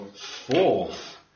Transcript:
fourth